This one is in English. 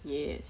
yes